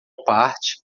parte